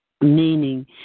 meaning